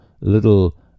little